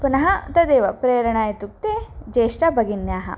पुनः तदेव प्रेरणा इत्युक्ते ज्येष्ठभगिन्यः